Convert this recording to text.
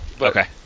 Okay